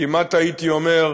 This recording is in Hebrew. כמעט הייתי אומר,